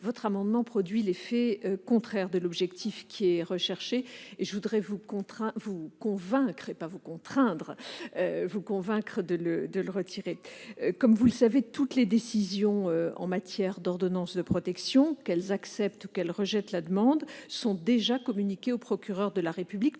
votre amendement produirait l'effet contraire de l'objectif visé. Ah ! Aussi, je voudrais vous convaincre de le retirer. Comme vous le savez, toutes les décisions en matière d'ordonnance de protection, qu'elles acceptent ou qu'elles rejettent la demande, sont déjà communiquées au procureur de la République,